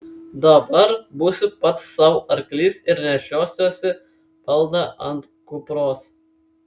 dabar būsiu pats sau arklys ir nešiosiuosi balną ant kupros